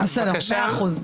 מאה אחוז.